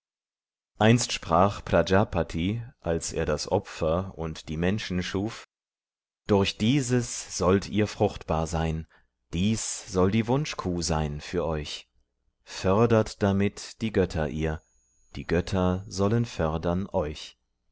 einst sprach prajpati als er das opfer und die menschen schuf durch dieses sollt ihr fruchtbar sein dies soll die wunschkuh sein für euch fördert damit die götter ihr die götter sollen fördern euch